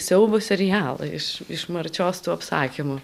siaubo serialą iš iš marčios tų apsakymų